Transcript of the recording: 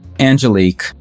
Angelique